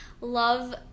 love